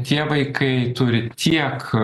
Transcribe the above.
tie vaikai turi tiek